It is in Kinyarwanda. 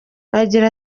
agira